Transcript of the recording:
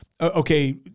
okay